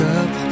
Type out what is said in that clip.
up